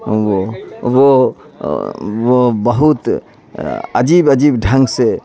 وہ وہ وہ بہت عجیب عجیب ڈھنگ سے